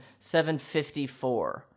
754